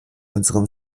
unserem